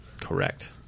Correct